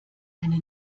eine